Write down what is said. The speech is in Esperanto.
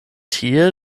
tie